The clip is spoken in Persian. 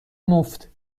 مفته